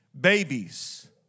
Babies